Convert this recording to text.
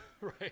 Right